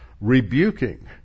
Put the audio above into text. rebuking